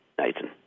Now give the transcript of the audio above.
Nathan